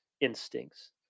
instincts